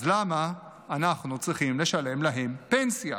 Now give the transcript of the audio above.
אז למה אנחנו צריכים לשלם להם פנסיה?